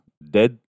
Dead